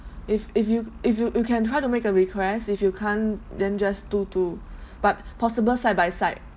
if if you if you you can try to make a request if you can't then just two two but possible side by side